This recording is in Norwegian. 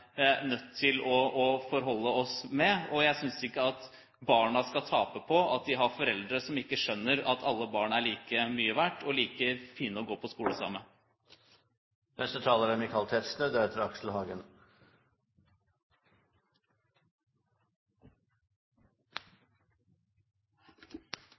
nødt til å forholde oss til. Jeg synes ikke at barna skal tape på at de har foreldre som ikke skjønner at alle barn er like mye verdt, og like fine å gå på skole sammen med. Til foregående taler vil jeg bemerke at det er